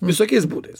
visokiais būdais